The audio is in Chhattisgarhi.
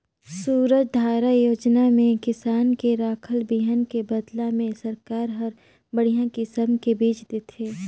सूरजधारा योजना में किसान के राखल बिहन के बदला में सरकार हर बड़िहा किसम के बिज देथे